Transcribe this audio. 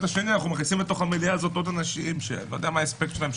השני אנחנו מכניסים למליאה הזאת עוד אנשים שאני לא יודע מה ההספק שלהם.